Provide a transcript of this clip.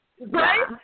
Right